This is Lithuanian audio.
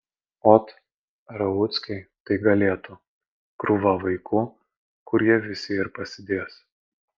ot rauckiai tai galėtų krūva vaikų kur jie visi ir pasidės